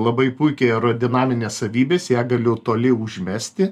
labai puikiai aerodinaminės savybės ją galiu toli užmesti